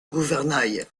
gouvernail